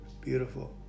Beautiful